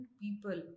people